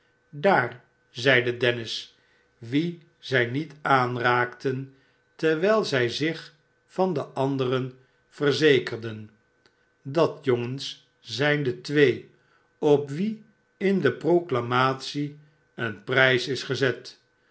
daar zeide dennis wien zij niet aanraakten terwijl zij zich van de anderen verzekerden a dat jongens zijn de twee op wie in de proclamatie een prijs is gezet